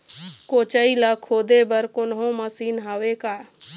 कोचई ला खोदे बर कोन्हो मशीन हावे का?